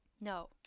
no